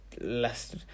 last